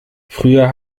früher